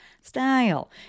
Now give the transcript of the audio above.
style